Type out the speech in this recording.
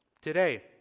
today